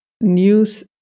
news